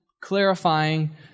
clarifying